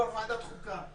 יו"ר ועדת החוקה,